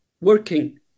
working